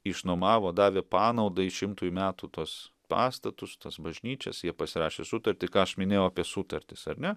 išnuomavo davė panaudai šimtui metų tuos pastatus tas bažnyčias jie pasirašė sutartį ką aš minėjau apie sutartis ar ne